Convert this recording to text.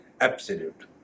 absolute